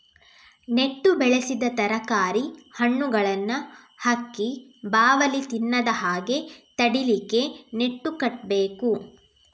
ನೆಟ್ಟು ಬೆಳೆಸಿದ ತರಕಾರಿ, ಹಣ್ಣುಗಳನ್ನ ಹಕ್ಕಿ, ಬಾವಲಿ ತಿನ್ನದ ಹಾಗೆ ತಡೀಲಿಕ್ಕೆ ನೆಟ್ಟು ಕಟ್ಬೇಕು